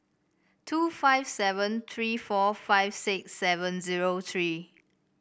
two five seven tree four five six seven zero tree